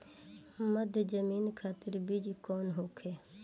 मध्य जमीन खातिर बीज कौन होखे?